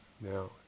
now